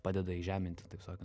padeda įžeminti taip sakan